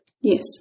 Yes